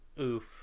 Oof